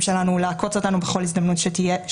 שלנו או "לעקוץ" אותנו בכל הזדמנות שתהיה לו.